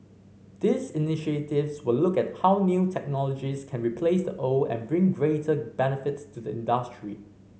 these initiatives will look at how new technologies can replace the old and bring greater benefits to the industry